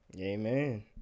Amen